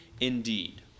indeed